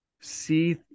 see